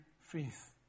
faith